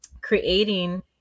creating